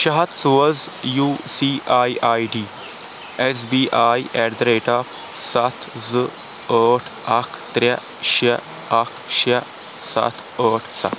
شےٚ ہَتھ سوز you see I I D S B I at the rate of سَتھ زٟ ٲٹھ اکھ ترے شےٚ اکھ شےٚ سَتھ ٲٹھ سَتھ